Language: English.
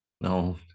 No